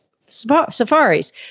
safaris